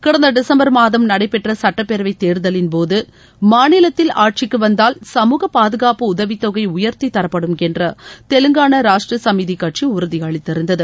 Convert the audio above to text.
கடந்த டிசம்பர் மாதம் நடைபெற்ற சட்டப்பேரவை தேர்தலின்போது மாநிலத்தில் ஆட்சிக்கு வந்தால் சமூக பாதுகாப்பு உதவித்தொகை உயர்த்தி தரப்படும் என்று தெலங்கானா ராஷ்ட்ர சமிதி கட்சி உறுதியளித்திருந்தது